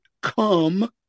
come